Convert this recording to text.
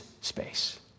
space